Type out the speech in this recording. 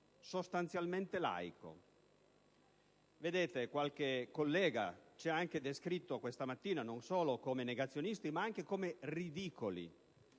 sostanzialmente laico.